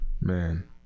man